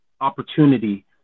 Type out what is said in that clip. opportunity